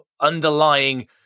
underlying